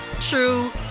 true